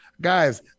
guys